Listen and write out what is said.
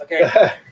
Okay